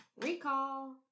Recall